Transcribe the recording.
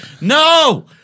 no